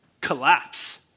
collapse